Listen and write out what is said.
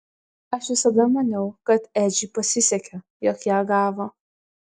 aš visada maniau kad edžiui pasisekė jog ją gavo